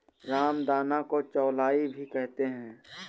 रामदाना को चौलाई भी कहते हैं